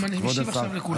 אני משיב עכשיו לכולם.